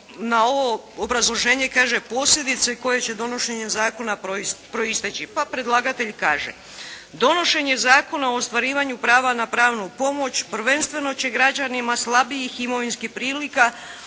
na ovo obrazloženje koje kaže: posljedice koje će donošenjem zakona proisteći pa predlagatelj kaže: Donošenje Zakona o ostvarivanju prava na pravnu pomoć prvenstveno će građanima slabijih imovinskih prilika